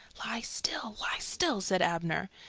lie still! lie still! said abner.